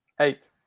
Eight